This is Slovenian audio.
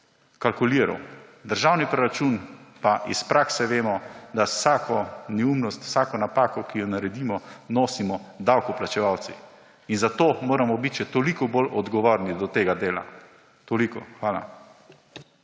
zakalkuliral. Državni proračun pa, iz prakse vemo, da vsako neumnost, vsako napako, ki jo naredimo, nosimo davkoplačevalci. Zato moramo biti še toliko bolj odgovorni do tega dela. Toliko, hvala.